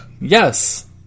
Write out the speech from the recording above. Yes